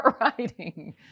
writing